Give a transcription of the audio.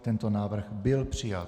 Tento návrh byl přijat.